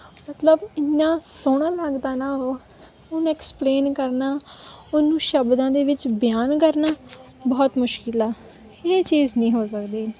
ਮਤਲਵ ਇੰਨਾਂ ਸੋਹਣਾ ਲੱਗਦਾ ਨਾ ਉਹ ਉਹਨੂੰ ਐਕਸਪਲੇਨ ਕਰਨਾ ਉਹਨੂੰ ਸ਼ਬਦਾਂ ਦੇ ਵਿੱਚ ਬਿਆਨ ਕਰਨਾ ਬਹੁਤ ਮੁਸ਼ਕਿਲ ਆ ਇਹ ਚੀਜ਼ ਨਹੀਂ ਹੋ ਸਕਦੀ